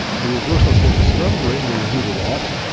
the reverse osmosis membrane will remove a lot,